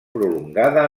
prolongada